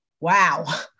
wow